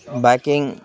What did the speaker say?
biking